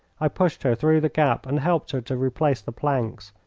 i pushed her through the gap and helped her to replace the planks.